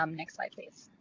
um next slide, please.